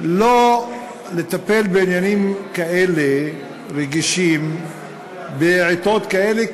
לא לטפל בעניינים רגישים כאלה בעתות כאלה,